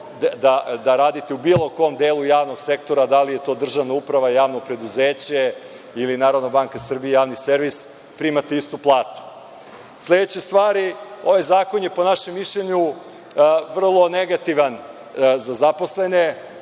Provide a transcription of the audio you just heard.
da radite u bilo kom delu javnog sektora, da li je to državna uprava ili javno preduzeće ili NBS, javni servis, prima ista plata. Sledeća stvar, ovaj zakon je po našem mišljenju vrlo negativan za zaposlene.